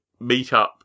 meetup